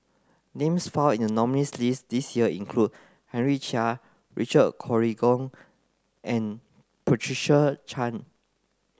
names found in the nominees' list this year include Henry Chia Richard Corridon and Patricia Chan